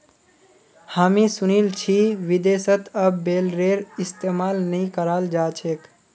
हामी सुनील छि विदेशत अब बेलरेर इस्तमाल नइ कराल जा छेक